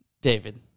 David